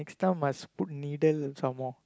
next time must put needle some more